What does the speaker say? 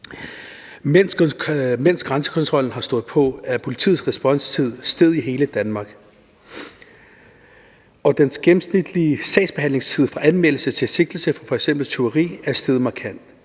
Mens grænsekontrollen har stået på, er politiets responstid steget i hele Danmark, og den gennemsnitlige sagsbehandlingstid fra anmeldelse til sigtelse for f.eks. tyveri er steget markant.